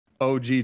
og